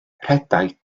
rhedai